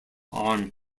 arm